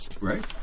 Right